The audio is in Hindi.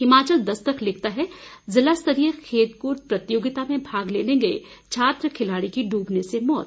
हिमाचल दस्तक लिखता है जिला स्तरीय खेलकूद प्रतियोगता में भाग लेने गए छात्र खिलाड़ी की ड्रबने से मौत